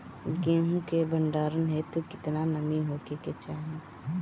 गेहूं के भंडारन हेतू कितना नमी होखे के चाहि?